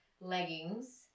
leggings